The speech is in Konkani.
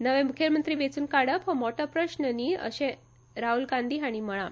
नवे मुखेलमंत्री वेचून काडप हो मोटो प्रस्न न्ही अशेंय राहूल गांधी हांणी म्हळा